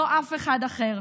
לא אף אחד אחר.